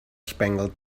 spangled